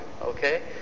okay